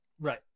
right